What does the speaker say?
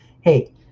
hey